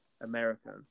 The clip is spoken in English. american